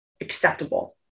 acceptable